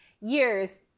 years